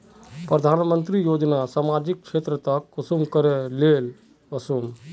प्रधानमंत्री योजना सामाजिक क्षेत्र तक कुंसम करे ले वसुम?